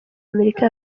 amerika